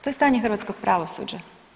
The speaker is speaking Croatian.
To je stanje hrvatskog pravosuđa.